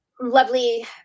lovely